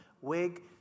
wig